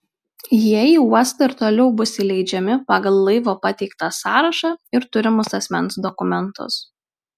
jie į uostą ir toliau bus įleidžiami pagal laivo pateiktą sąrašą ir turimus asmens dokumentus